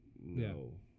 no